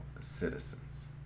citizens